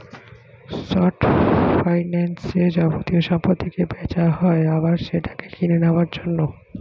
short ফাইন্যান্সে যাবতীয় সম্পত্তিকে বেচা হয় আবার সেটাকে কিনে নেওয়ার জন্য